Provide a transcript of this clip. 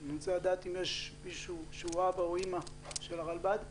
אני רוצה לדעת אם יש מישהו שהוא אבא או אימא של הרלב"ד.